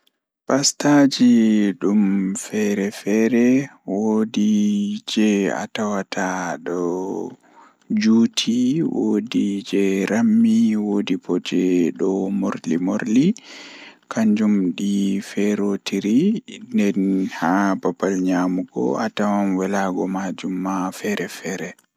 Ko ɗum no waawugol, kono neɗɗo waɗataa waɗde heɓde sooyɗi e waɗal ɓuri. Nde a waawi heɓde sooyɗi, ɗuum njogitaa goongɗi e jam e laaɓugol. Kono nde a heɓi njogordu e respect, ɗuum woodani waawugol ngir heɓde hakkilagol e njarɗi, njikataaɗo goongɗi. Nde e waɗi wattan, ko waɗa heɓde respet e ɓuri jooni.